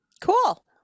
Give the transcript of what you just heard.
Cool